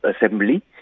assembly